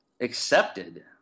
accepted